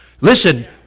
Listen